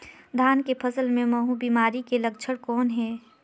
धान के फसल मे महू बिमारी के लक्षण कौन हे?